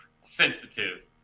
sensitive